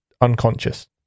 unconscious